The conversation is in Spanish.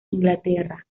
inglaterra